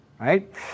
right